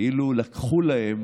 כאילו לקחו להם